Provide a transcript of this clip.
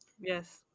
Yes